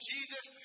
Jesus